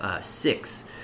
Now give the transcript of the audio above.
six